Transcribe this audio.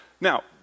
Now